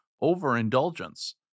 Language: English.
overindulgence